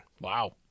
Wow